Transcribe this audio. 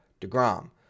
deGrom